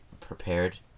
prepared